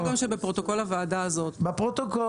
רוצים גם שבפרוטוקול הוועדה הזאת יהיה --- בפרוטוקול